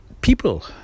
people